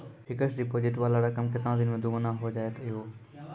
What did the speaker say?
Fixed deposit वाला रकम केतना दिन मे दुगूना हो जाएत यो?